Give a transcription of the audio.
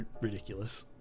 ridiculous